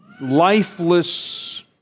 lifeless